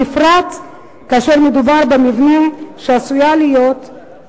בפרט כאשר מדובר במבנים שעשויות להיות להם